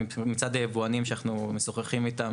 מצד היבואנים שאנחנו משוחחים איתם,